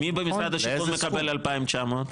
מי במשרד השיכון מקבל 2,900?